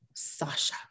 Sasha